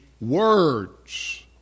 words